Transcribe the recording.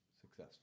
successful